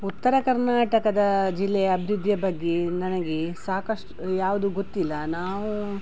ಉತ್ತರ ಕರ್ನಾಟಕದ ಜಿಲ್ಲೆಯ ಅಭಿವೃದ್ಧಿಯ ಬಗ್ಗೆ ನನಗೆ ಸಾಕಷ್ಟು ಯಾವುದೂ ಗೊತ್ತಿಲ್ಲ ನಾವು